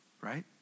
right